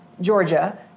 Georgia